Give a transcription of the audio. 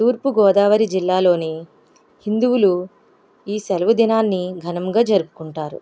తూర్పుగోదావరి జిల్లాలోని హిందువులు ఈ సెలవు దినాన్ని ఘనంగా జరుపుకుంటారు